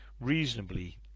reasonably